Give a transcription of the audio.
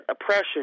oppression